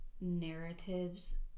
narratives